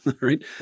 right